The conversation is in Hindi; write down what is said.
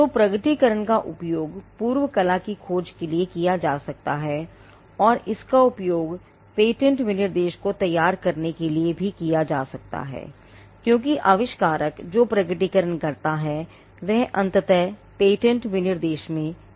तो प्रकटीकरण का उपयोग पूर्व कला की खोज के लिए किया जा सकता है और इसका उपयोग पेटेंट विनिर्देश को तैयार करने के लिए भी किया जा सकता है क्योंकि आविष्कारक जो प्रकटीकरण करता है वह अंततः पेटेंट विनिर्देश में मिल जाता है